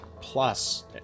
plus